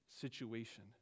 situation